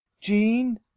Jean